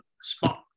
spot